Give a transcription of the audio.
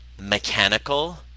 mechanical